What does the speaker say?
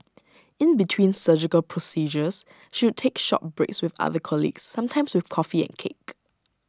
in between surgical procedures she would take short breaks with other colleagues sometimes with coffee and cake